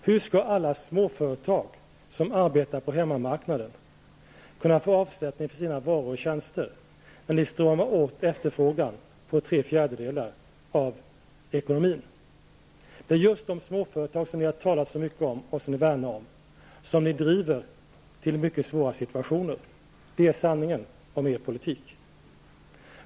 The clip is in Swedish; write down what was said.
Hur skall alla småföretag som arbetar på hemmamarknaden kunna få avsättning för sina varor och tjänster när ni stramar åt efterfrågan för tre fjärdedelar av ekonomin? Det är just de småföretag som ni har talat så mycket om att ni värnar som ni driver till mycket svåra situationer. Det är sanningen om er politik.